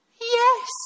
Yes